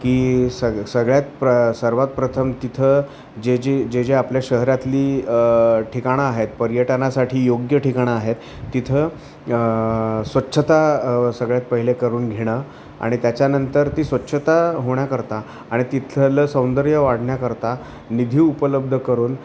की सग सगळ्यात प्र सर्वात प्रथम तिथं जे जे जे जे आपल्या शहरातली ठिकाणं आहेत पर्यटनासाठी योग्य ठिकाणं आहेत तिथं स्वच्छता सगळ्यात पहिले करून घेणं आणि त्याच्यानंतर ती स्वच्छता होण्याकरता आणि तिथलं सौंदर्य वाढण्याकरता निधी उपलब्ध करून